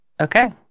Okay